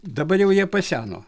dabar jau jie paseno